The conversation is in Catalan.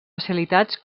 especialitats